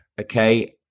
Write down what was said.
okay